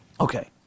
okay